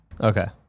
Okay